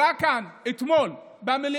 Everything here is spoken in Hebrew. עלה כאן, אתמול במליאה,